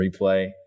replay